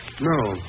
No